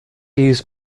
use